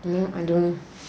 no I don't